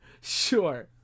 Sure